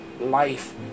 life